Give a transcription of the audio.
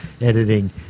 editing